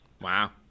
Wow